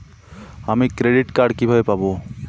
আমি credit card কিভাবে পাবো?